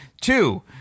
Two